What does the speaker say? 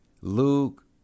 Luke